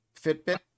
Fitbit